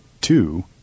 two